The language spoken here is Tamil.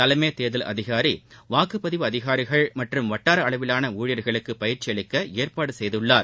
தலைமை தேர்தல் அதிகாரி வாக்குபதிவு அதிகாரிகள் மற்றும் வட்டார அளவிலான ஊழியர்களுக்கு பயிற்சி அளிக்க ஏற்பாடு செய்துள்ளார்